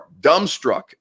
Dumbstruck